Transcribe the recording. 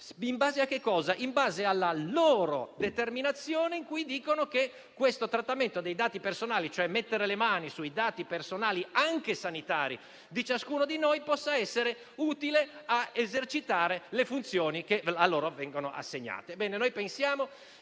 in base alla determinazione di tali gestori che il trattamento dei dati personali, cioè mettere le mani sui dati personali anche sanitari di ciascuno di noi, possa essere utile a esercitare le funzioni che vengono loro assegnate.